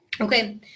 Okay